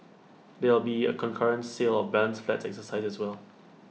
there'll be A concurrent sale of balance flats exercise as well